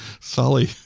Sally